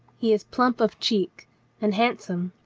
he is plump of cheek and handsome,